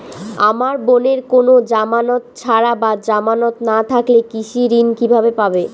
আমার বোনের কোন জামানত ছাড়া বা জামানত না থাকলে কৃষি ঋণ কিভাবে পাবে?